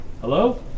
Hello